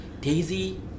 daisy